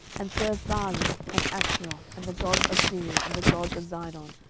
and served baalim, and ashtaroth, and the gods of syria, and the gods of zidon,